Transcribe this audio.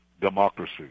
democracy